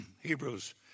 Hebrews